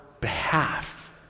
behalf